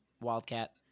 wildcat